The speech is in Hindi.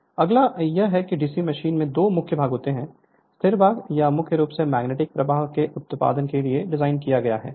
Refer Slide Time 1400 अगला यह है कि डीसी मशीन में दो मुख्य भाग होते हैं स्थिर भाग यह मुख्य रूप से मैग्नेटिक प्रवाह के उत्पादन के लिए डिज़ाइन किया गया है